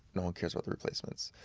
no one cares about the replacements.